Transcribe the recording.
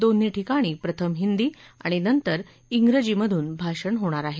दोन्ही ठिकाणी प्रथम हिंदी आणि नंतर उजीमधून भाषण होणार आहे